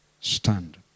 Stand